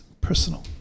personal